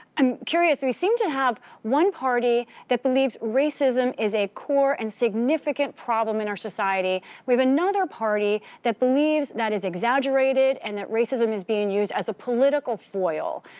i'm curious. we seem to have one party that believes racism is a core and significant problem in our society. we have another party that believes that it's exaggerated and that racism is being used as a political foil.